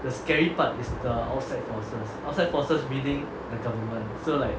the scary part is the outside forces outside forces within the government so like